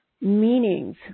meanings